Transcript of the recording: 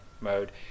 mode